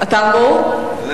אתה אמור, ?